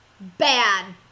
bad